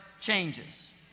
changes